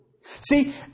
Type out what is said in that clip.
See